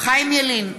חיים ילין,